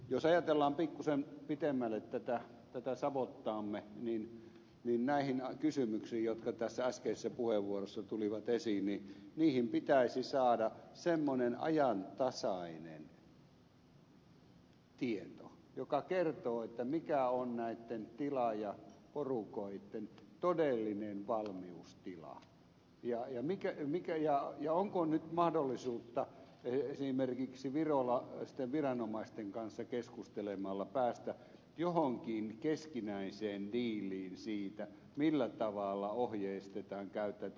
jos ajatellaan pikkuisen pitemmälle tätä savottaamme niin näihin kysymyksiin jotka tässä äskeisessä puheenvuorossa tulivat esiin pitäisi saada semmoinen ajantasainen tieto joka kertoo mikä on näitten tilaajaporukoitten todellinen valmiustila ja onko nyt mahdollisuutta esimerkiksi virolaisten viranomaisten kanssa keskustelemalla päästä johonkin keskinäiseen diiliin siitä millä tavalla ohjeistetaan käytäntö